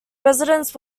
residence